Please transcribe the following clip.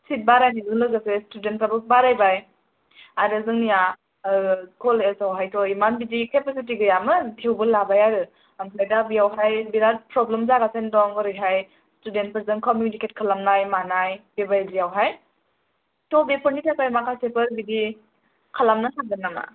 seat बारायनायजों लोगोसे student फ्राबो बारायबाय आरो जोंनिया ओ कलेज आवहाय थ' इमान बिदि केपासिटि गैयामोन थेवबो लाबाय आरो ओमफ्राय दा बेयावहाय बिराद प्रब्लेम जागासिनो दं ओरैहाय स्टुडेन्ट फोरजों कमिउनिकेट खालामनाय मानाय बेबायदिआवहाय थ' बेफोरनि थाखाय माखासेफोर बिदि खालामनो हागोन नामा